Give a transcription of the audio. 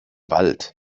wald